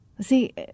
See